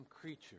creature